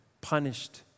punished